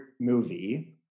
movie